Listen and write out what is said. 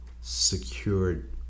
secured